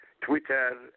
Twitter